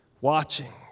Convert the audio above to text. watching